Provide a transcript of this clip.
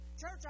Church